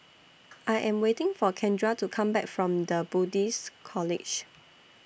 I Am waiting For Kendra to Come Back from The Buddhist College